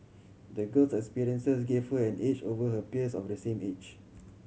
the girl's experiences gave her an edge over her peers of the same age